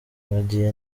bagiye